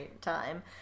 time